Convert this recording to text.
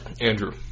Andrew